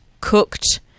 cooked